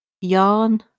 Yarn